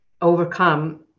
overcome